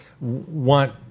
want